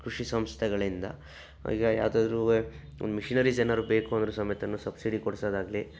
ಕೃಷಿ ಸಂಸ್ಥೆಗಳಿಂದ ಈಗ ಯಾವುದಾದ್ರು ಒಂದು ಮಿಷನರಿ ಜನರು ಬೇಕು ಅಂದರೂ ಸಮೇತ ಸಬ್ಸಿಡಿ ಕೊಡಿಸೋದಾಗ್ಲಿ